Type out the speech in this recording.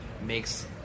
makes